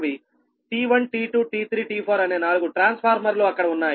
T1 T2 T3 T4 అనే నాలుగు ట్రాన్స్ఫార్మర్లు అక్కడ ఉన్నాయి